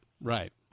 right